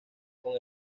con